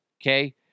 Okay